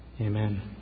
amen